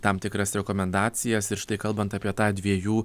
tam tikras rekomendacijas ir štai kalbant apie tą dviejų